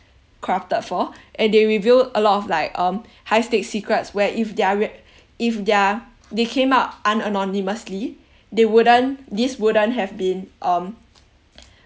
corrupted for and they revealed a lot of like um high stakes secrets where if they're re~ if they're they came out unanonymously they wouldn't this wouldn't have been um